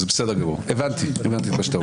בסדר גמור, הבנתי מה שאתה אומר.